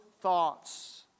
thoughts